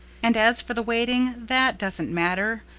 and as for the waiting, that doesn't matter.